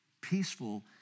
peaceful